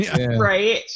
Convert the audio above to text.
Right